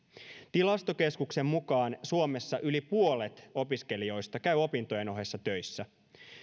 tilastokeskuksen mukaan suomessa yli puolet opiskelijoista käy opintojen ohessa töissä